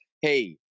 hey –